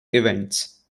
events